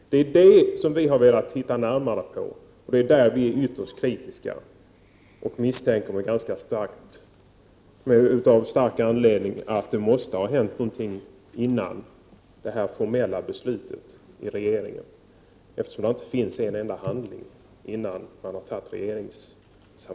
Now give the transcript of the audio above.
Dessa är de frågor vi i miljöpartiet har velat studera närmare, och det är där vi är ytterst kritiska och anser oss ha starka skäl att misstänka att det måste ha hänt någonting innan det formella beslutet fattades i regeringen. Det finns nämligen inte en enda handling i frågan från tiden som föregick regeringsbeslutet.